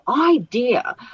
idea